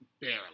barely